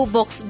Box